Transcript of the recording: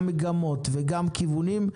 גם מגמות וגם כיוונים,